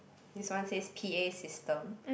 this one says p_a system